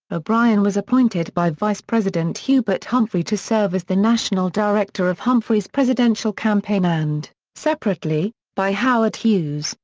o'brien was appointed by vice president hubert humphrey to serve as the national director of humphrey's presidential campaign and, separately, by howard hughes,